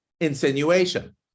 insinuation